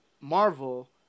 Marvel